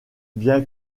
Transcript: bien